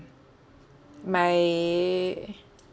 my